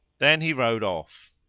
then he rode off.